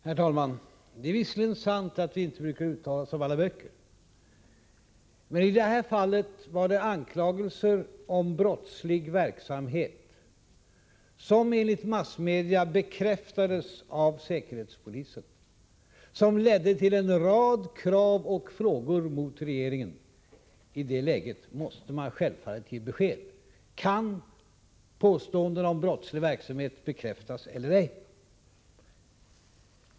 Herr talman! Det är visserligen sant att vi inte brukar uttala oss om alla böcker, men i det här fallet var det anklagelser om brottslig verksamhet, som enligt massmedia bekräftades av säkerhetspolisen, som ledde till en rad krav på och frågor till regeringen. I det läget måste man självfallet ge besked — kan påståendena om brottslig verksamhet bekräftas eller ej?